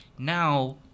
Now